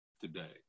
today